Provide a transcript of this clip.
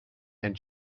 and